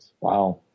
Wow